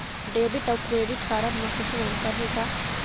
Debit अऊ credit card म कुछू अंतर हे का?